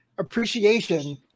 Appreciation